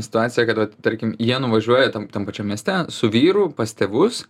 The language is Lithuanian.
situacija kad vat tarkim jie nuvažiuoja tam tam pačiam mieste su vyru pas tėvus